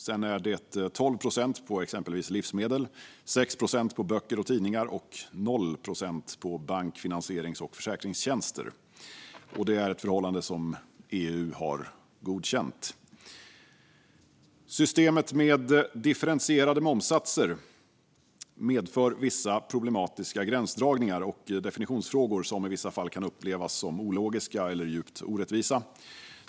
Sedan är det 12 procent på exempelvis livsmedel, 6 procent på böcker och tidningar och noll procent på bank, finansierings och försäkringstjänster. Det är ett förhållande som EU har godkänt. Systemet med differentierade momssatser medför vissa problematiska gränsdragningar och definitionsfrågor som i vissa fall kan upplevas som ologiska eller djupt orättvisa.